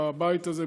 בבית הזה,